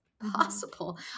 possible